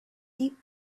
deep